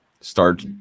start